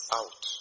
out